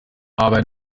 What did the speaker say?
aber